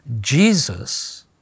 Jesus